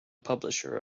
publisher